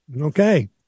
Okay